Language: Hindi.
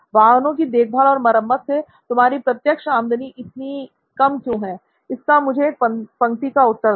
वाहनों की देखभाल और मरम्मत से तुम्हारी प्रत्यक्ष आमदनी इतनी कम क्यों है इसका मुझे एक पंक्ति का उत्तर दो